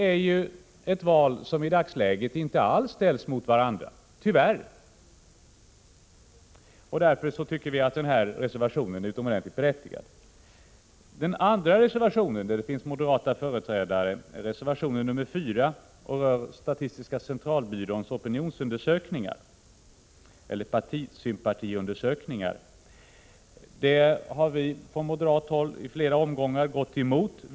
Det är val som i dagsläget inte alls ställs mot varandra — tyvärr. Därför tycker vi att denna reservation är utomordentligt berättigad. Den andra reservationen av moderata företrädare är reservation 4, som rör statistiska centralbyråns opinionsundersökningar, eller partisympatiundersökningar. Från moderat håll har vi i flera omgångar motsatt oss dessa undersökningar.